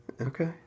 Okay